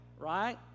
right